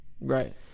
Right